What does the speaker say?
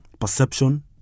Perception